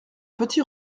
petit